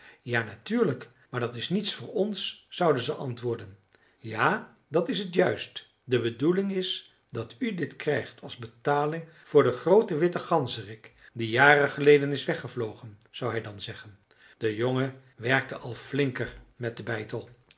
ja natuurlijk maar dat is niets voor ons zouden ze antwoorden ja dat is het juist de bedoeling is dat u dit krijgt als betaling voor den grooten witten ganzerik die jaren geleden is weggevlogen zou hij dan zeggen de jongen werkte al flinker met den beitel